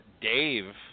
Dave